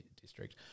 district